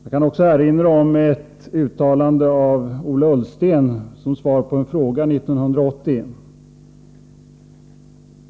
Jag kan också erinra om ett uttalande av Ola Ullsten som svar på en fråga 1980.